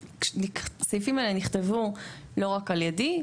הסעיפים האלה נכתבו לא רק על ידי,